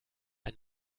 ein